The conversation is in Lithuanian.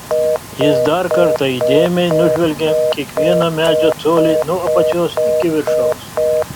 jis dar kartą įdėmiai nužvelgė kiekvieną medžio colį nuo apačios iki viršaus